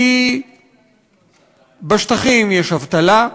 כי בשטחים יש אבטלה,